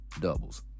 doubles